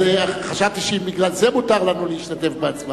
אז חשבתי אם בגלל זה מותר לנו להשתתף בהצבעה.